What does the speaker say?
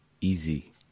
easy